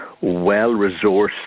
well-resourced